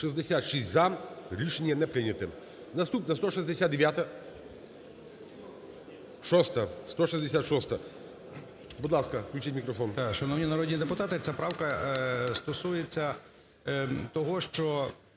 Шановні народні депутати, ця правка стосується того, що